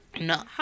No